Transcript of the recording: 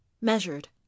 measured